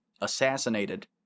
assassinated